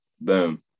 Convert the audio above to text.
Boom